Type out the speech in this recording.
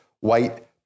white